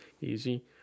easy